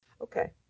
Okay